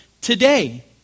today